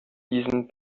diesen